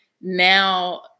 now